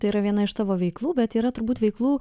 tai yra viena iš tavo veiklų bet yra turbūt veiklų